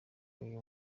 uyu